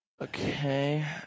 Okay